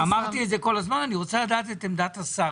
אמרתי כל הזמן שאני רוצה לדעת את עמדת השר,